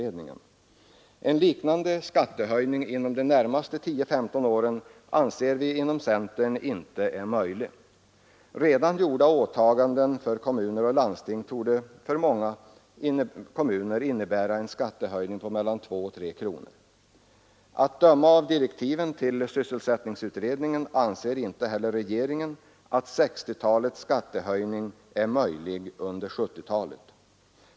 En liknande skattehöjning inom de närmaste 10—15 åren anser vi inom centern inte vara möjlig. Redan gjorda åtaganden torde för många kommuner innebära skattehöjningar på mellan 2 och 3 kronor. Att döma av direktiven till sysselsättningsutredningen anser inte heller regeringen att 1960-talets skattehöjning är möjlig under 1970-talet.